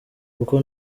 kuko